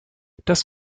das